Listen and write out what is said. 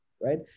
right